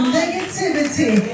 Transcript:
negativity